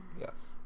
Yes